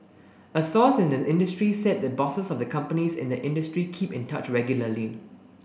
a source in the industry said the bosses of the companies in the industry keep in touch regularly